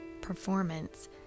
performance